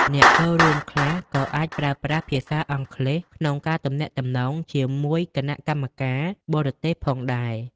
អ្នកចូលរួមខ្លះក៏អាចប្រើប្រាស់ភាសាអង់គ្លេសក្នុងការទំនាក់ទំនងជាមួយគណៈកម្មការបរទេសផងដែរ។